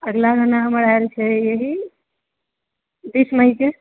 अगिला गाना हमर आयल छै एही बीस मइके